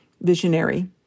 visionary